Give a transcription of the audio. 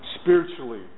spiritually